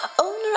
owner